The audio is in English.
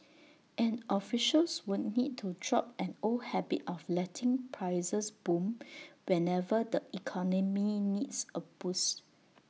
and officials would need to drop an old habit of letting prices boom whenever the economy needs A boost